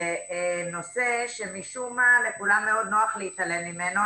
נושא שמשום מה לכולם מאוד נוח להתעלם ממנו,